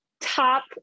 top